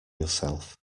yourself